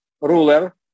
ruler